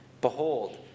Behold